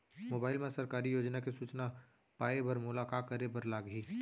mobile मा सरकारी योजना के सूचना पाए बर मोला का करे बर लागही